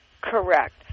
Correct